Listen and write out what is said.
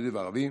יהודי וערבי,